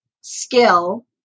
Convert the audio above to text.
skill